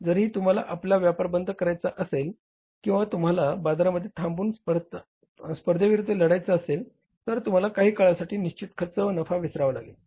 जरी तुम्हाला आपला व्यापार बंद करायचा असेल किंवा तुम्हाला बाजारामध्ये थांबून स्पर्धेविरुद्ध लढायचे असेल तर तुम्हाला काही काळासाठी निश्चित खर्च व नफा विसरावा लागले